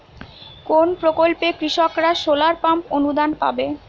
কোন প্রকল্পে কৃষকরা সোলার পাম্প অনুদান পাবে?